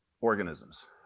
organisms